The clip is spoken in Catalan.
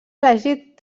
elegit